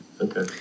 Okay